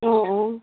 অঁ অঁ